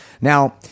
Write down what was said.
Now